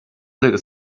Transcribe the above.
little